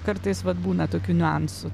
kartais vat būna tokių niuansų